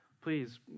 please